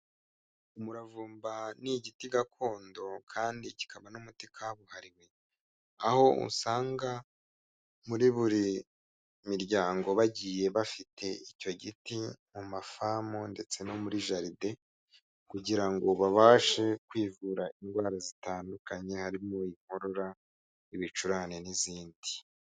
Umuravumba ni igiti gakondo kandi kikaba n'umuti kabuhariwe, aho usanga muri buri miryango bagiye bafite icyo giti mu mafamu ndetse no muri jaride kugira ngo babashe kwivura indwara zitandukanye, harimo inkorora, ibicurane n'izindi.